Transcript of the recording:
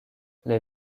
les